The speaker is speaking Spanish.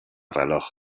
reloj